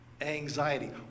anxiety